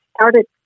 started